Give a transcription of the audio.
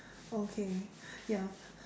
okay ya